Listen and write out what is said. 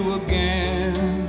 again